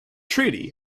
treaty